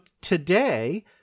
today